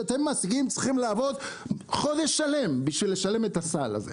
צריכים לעבוד חודש שלם בשביל לשלם את הסל הזה.